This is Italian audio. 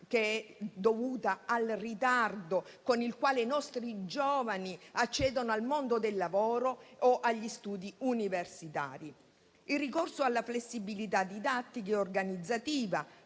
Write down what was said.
dovuta al ritardo con il quale i nostri giovani accedono al mondo del lavoro o agli studi universitari. Vi è poi il ricorso alla flessibilità didattica e organizzativa,